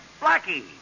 Blackie